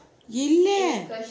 இல்லை:illai